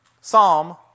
Psalm